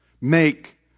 make